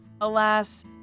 Alas